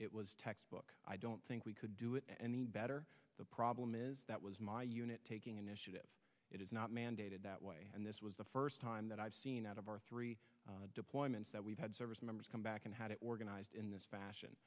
it was textbook i don't think we could do it any better the problem is that was my unit taking initiative it is not mandated that way and this was the first time that i've seen out of our three deployments that we've service members come back and had it organized in this fashion